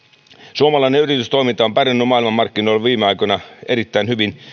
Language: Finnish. suomalainen yritystoiminta on pärjännyt maailmanmarkkinoilla viime aikoina erittäin hyvin